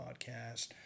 podcast